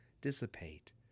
dissipate